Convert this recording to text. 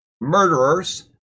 murderers